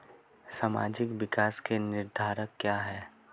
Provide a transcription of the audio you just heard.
सामाजिक विकास के निर्धारक क्या है?